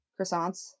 croissants